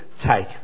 take